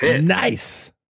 Nice